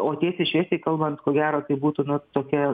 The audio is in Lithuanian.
o tiesiai šviesiai kalbant ko gero tai būtų nu tokia